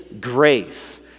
grace